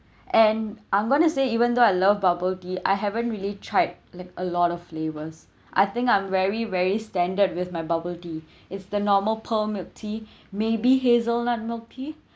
and I'm going to say even though I love bubble tea I haven't really tried like a lot of flavours I think I'm very very standard with my bubble tea is the normal pearl milk tea maybe hazelnut milk tea